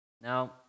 Now